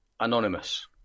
Anonymous